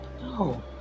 No